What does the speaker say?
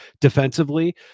defensively